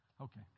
Okay